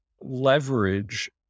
leverage